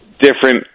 different